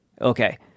Okay